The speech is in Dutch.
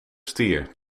stier